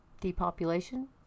Depopulation